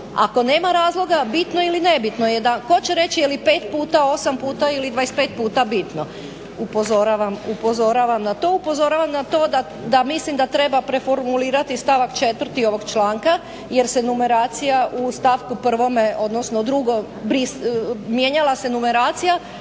ako nema razloga bitno ili nebitno je da tko će reći je li 5 puta, 8 pta ili 25 puta bitno. Upozoravam na to, upozoravam na to da mislim da treba preformulirati stavak 4. ovog članka jer se numeracija u stavku 1., mijenjala se numeracija